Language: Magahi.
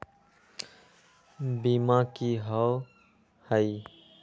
बीमा की होअ हई?